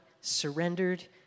surrendered